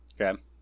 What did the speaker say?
Okay